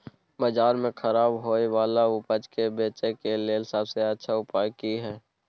बाजार में खराब होय वाला उपज के बेचय के लेल सबसे अच्छा उपाय की हय?